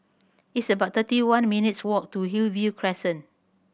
it's about thirty one minutes' walk to Hillview Crescent